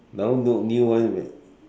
now no new one re